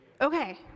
okay